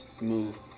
move